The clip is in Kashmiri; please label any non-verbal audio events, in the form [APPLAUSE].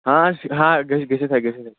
آ ہا [UNINTELLIGIBLE] گٔژھِتھ ہیٚکہِ گٔژھِتھ ہیٚکہِ